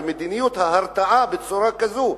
ומדיניות ההרתעה בצורה כזאת,